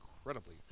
incredibly